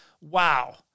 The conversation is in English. Wow